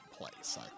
place